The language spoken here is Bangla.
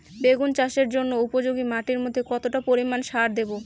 বেগুন চাষের জন্য উপযোগী মাটির মধ্যে কতটা পরিমান সার দেব?